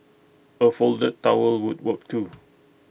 A folded towel would work too